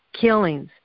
killings